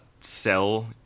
sell